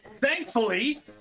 Thankfully